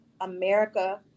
America